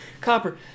copper